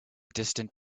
distant